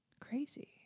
Crazy